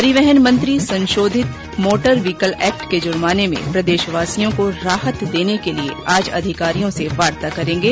परिवहन मंत्री संशोधित मोटर व्हीकल एक्ट के जुर्माने में प्रदेशवासियों को राहत देने के लिये आज अधिकारियों से वार्ता करेंगे